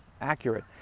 accurate